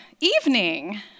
evening